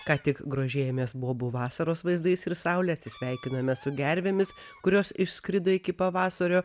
ką tik grožėjomės bobų vasaros vaizdais ir saulę atsisveikiname su gervėmis kurios išskrido iki pavasario